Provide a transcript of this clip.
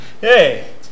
Hey